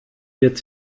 wird